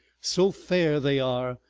so fair they are,